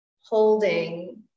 holding